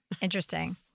Interesting